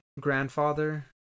grandfather